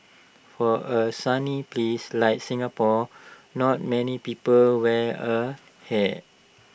for A sunny place like Singapore not many people wear A hat